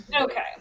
Okay